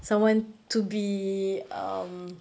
someone to be um